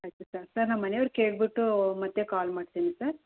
ಆಯಿತು sir sir ನಮ್ಮ ಮನೆಯವ್ರು ಕೇಳಿಬಿಟ್ಟು ಮತ್ತೆ ಕಾಲ್ ಮಾಡ್ತೀನಿ ಸರ್